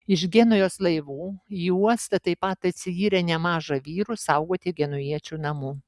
iš genujos laivų į uostą taip pat atsiyrė nemaža vyrų saugoti genujiečių namų